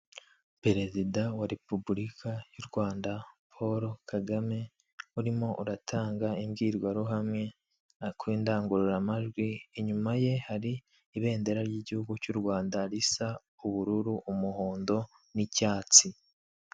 Perezida wa repubulika y'u Rwanda Paul Kagame urimo uratanga imbwirwaruhame ari ku indangururamajwi, inyuma ye hari ibendera ry'igihugu cy'u Rwanda risa ubururu, umuhondo n'icyatsi.